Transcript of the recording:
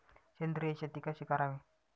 सेंद्रिय शेती कशी करावी?